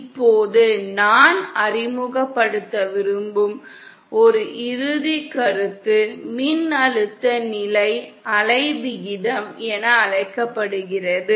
இப்போது நான் அறிமுகப்படுத்த விரும்பும் ஒரு இறுதி கருத்து மின்னழுத்த நிலை அலை விகிதம் என அழைக்கப்படுகிறது